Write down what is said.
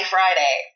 Friday